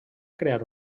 crear